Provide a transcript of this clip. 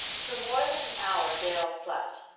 for more than an hour darrell slept.